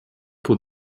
pour